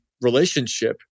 relationship